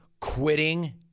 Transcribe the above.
quitting